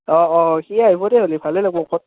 অঁ অঁ সিয় আহিব দেই হ'লে ভালেই লাগব